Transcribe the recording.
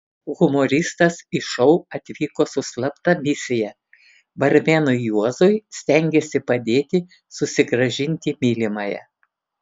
humoristas į šou atvyko su slapta misija barmenui juozui stengėsi padėti susigrąžinti mylimąją